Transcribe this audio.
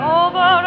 over